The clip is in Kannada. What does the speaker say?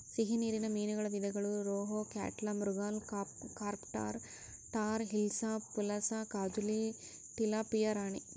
ಸಿಹಿ ನೀರಿನ ಮೀನುಗಳ ವಿಧಗಳು ರೋಹು, ಕ್ಯಾಟ್ಲಾ, ಮೃಗಾಲ್, ಕಾರ್ಪ್ ಟಾರ್, ಟಾರ್ ಹಿಲ್ಸಾ, ಪುಲಸ, ಕಾಜುಲಿ, ಟಿಲಾಪಿಯಾ ರಾಣಿ